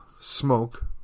smoke